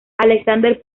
alexander